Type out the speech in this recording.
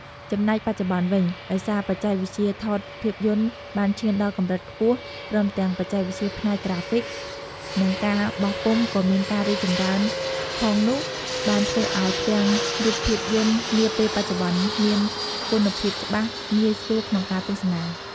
ចំណែកបច្ចុប្បន្នវិញ ដោយសារបច្ចេកវិទ្យាថតភាពយន្តបានឈានដល់កម្រិតខ្ពស់ព្រមទាំងបច្ចេកវិទ្យាផ្នែកក្រាហ្វិក និងការបោះពុម្ពក៏មានការរីកចម្រើនផងនោះបានធ្វើអោយ ផ្ទាំងរូបភាពយន្តនាពេលបច្ចុប្បន្នមាន គុណភាពច្បាស់ងាយស្រួលក្នុងការទស្សនា ។